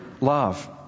love